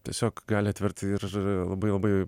tiesiog gali atverti ir labai labai